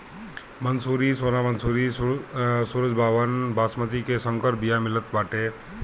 मंसूरी, सोना मंसूरी, सरजूबावन, बॉसमति के संकर बिया मितल बाटे